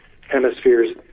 hemispheres